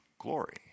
glory